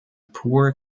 poor